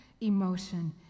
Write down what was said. emotion